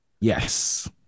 yes